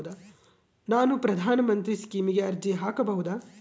ನಾನು ಪ್ರಧಾನ ಮಂತ್ರಿ ಸ್ಕೇಮಿಗೆ ಅರ್ಜಿ ಹಾಕಬಹುದಾ?